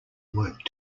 worked